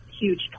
huge